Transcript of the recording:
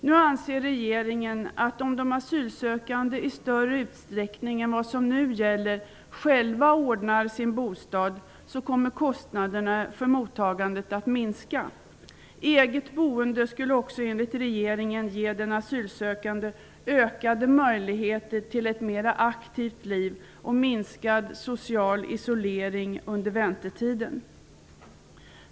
Nu anser regeringen att om de asylsökande, i större utsträckning än vad som nu gäller, själva ordnar sin bostad kommer kostnaderna för mottagandet att minska. Eget boende skulle också, enligt regeringen, ge den asylsökande ökade möjligheter till ett mera aktivt liv och innebära en minskad social isolering under väntetiden.